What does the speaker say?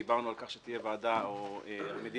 דיברנו על כך שתהיה ועדה או מדיניות